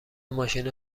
ماشین